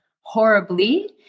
horribly